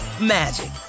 magic